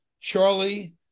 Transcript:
Charlie